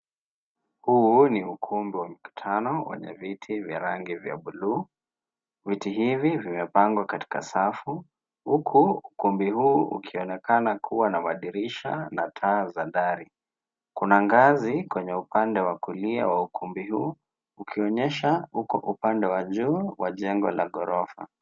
Huu ni ukumbi wa mkutano wenye viti vya rangi vya buluu, viti hivi vimepangwa katika safu, huku ukumbi huu ukionekana kuwa na madirisha na taa za dari. Kuna ngazi kwenye upande wa kulia wa ukumbi huu ukionyesha upande wa juu wa jengo la ghorofa.